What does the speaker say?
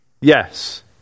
Yes